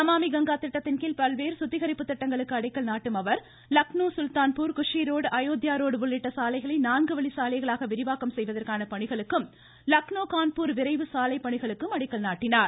நமாமி கங்கா திட்டத்தின்கீழ் பல்வேறு சுத்திகரிப்பு திட்டங்களுக்கு அடிக்கல் நாட்டும் அவர் லக்னோ சுல்தான்பூர் குஷிரோடு அயோத்யா ரோடு உள்ளிட்ட சாலைகளை நான்கு வழி சாலைகளாக விரிவாக்கம் செய்வதற்கான பணிகளுக்கும் லக்னோ கான்பூர் விரைவு சாலைப்பணிகளுக்கும் அடிக்கல் நாட்டினார்